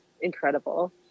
incredible